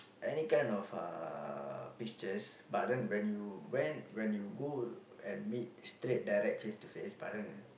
any kind of uh pictures but then when you went when you go and meet straight directly face to face but then